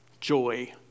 Joy